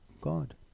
God